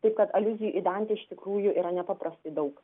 taip kad aliuzijų į dantę iš tikrųjų yra nepaprastai daug